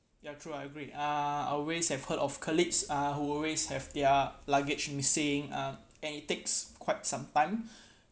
ya true I agreed uh always have heard of colleagues uh who always have their luggage missing uh and it takes quite some time